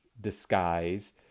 disguise